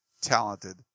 talented